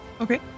Okay